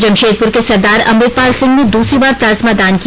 जमशेदपुर के सरदार अमृतपाल सिंह ने दूसरी बार प्लाज्मा दान किया